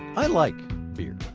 i like beer.